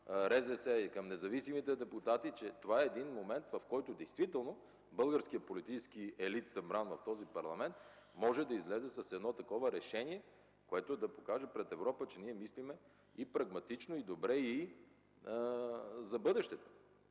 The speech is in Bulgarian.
РЗС и към независимите депутати), това е момент, в който българският политически елит, събран в този парламент, може да излезе с едно такова решение, което да покаже пред Европа, че ние мислим и прагматично, и добре за бъдещето.